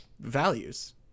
values